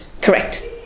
Correct